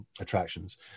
attractions